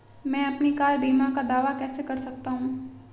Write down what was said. मैं अपनी कार बीमा का दावा कैसे कर सकता हूं?